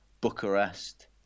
Bucharest